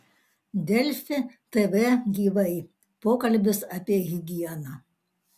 delfi tv gyvai pokalbis apie higieną